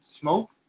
smoke